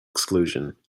exclusion